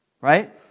right